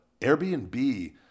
Airbnb